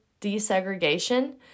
desegregation